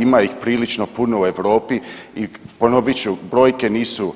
Ima ih prilično puno u Europi i ponovit ću, brojke nisu